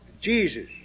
Jesus